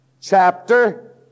chapter